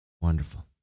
Wonderful